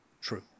true